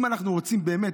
אם אנחנו רוצים באמת,